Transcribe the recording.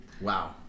Wow